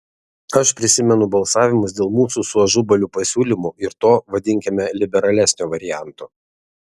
aš prisimenu balsavimus dėl mūsų su ažubaliu pasiūlymo ir to vadinkime liberalesnio varianto